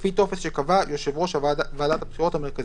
לפי טופס שקבע יושב ראש ועדת הבחירות המרכזית.